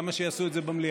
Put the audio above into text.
למה שיעשו את זה במליאה?